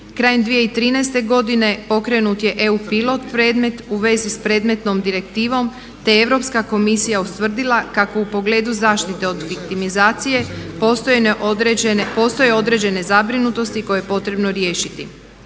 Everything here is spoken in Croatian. Krajem 2013.godine pokrenut je EU pilot predmet u vezi s predmetnom direktivom te Europska komisija ustvrdila kako u pogledu zaštite od fiktimizacije postoje određene zabrinutosti koje je potrebno riješiti.